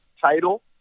title